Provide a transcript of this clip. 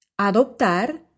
Adoptar